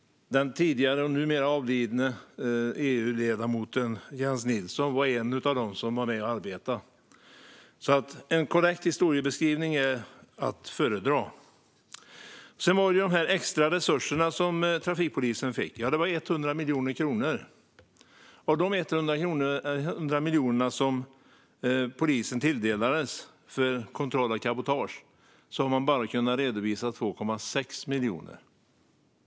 Den tidigare, numera avlidne EU-parlamentarikern Jens Nilsson var en av dem som var med och arbetade med detta. En korrekt historiebeskrivning är att föredra. Sedan gällde det de extra resurser som trafikpolisen fick. Det var 100 miljoner kronor. Av de 100 miljoner som polisen tilldelades för kontroll av cabotage har man bara kunnat redovisa 2,6 miljoner.